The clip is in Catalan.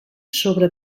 sobre